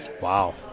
wow